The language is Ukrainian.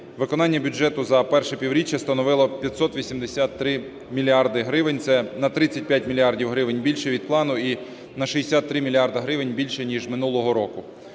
Виконання бюджету за перше півріччя становило 583 мільярди гривень, це на 35 мільярдів гривень більше від плану і на 63 мільярди гривен більше, ніж минулого року.